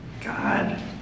God